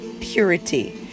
purity